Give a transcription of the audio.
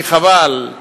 כי חבל,